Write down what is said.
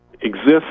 exists